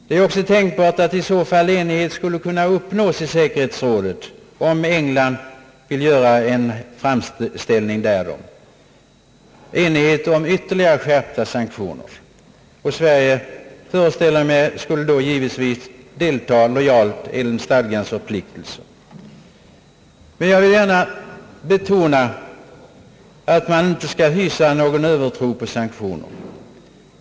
Det är tänkbart att i så fall enighet skulle kunna uppnås i säkerhetsrådet om ytterligare skärpta sanktioner, om England vill göra en framställning därom. Sverige skulle då, föreställer jag mig, givetvis delta lojalt enligt stadgans förpliktelser. Jag vill dock gärna betona att man inte skall hysa någon övertro på sanktioner.